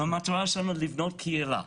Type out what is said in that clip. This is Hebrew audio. המטרה שלנו לבנות קהילה.